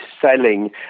selling